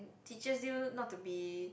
teaches you not to be